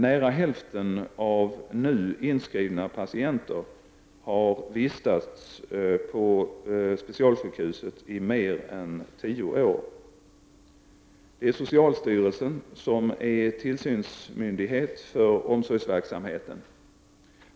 Nära hälften av nu inskrivna patienter har vistats på specialsjukhuset i mer än tio år. Det är socialstyrelsen som är tillsynsmyndighet för omsorgsverksamheten.